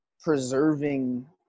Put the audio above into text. preserving